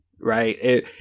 right